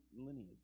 lineage